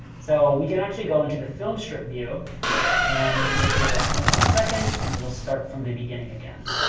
so we can actually go into the filmstrip view and make sure we're at zero point one seconds, and we'll start from the beginning again.